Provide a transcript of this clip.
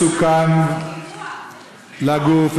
מסוכן לגוף,